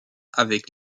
avec